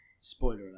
Spoiler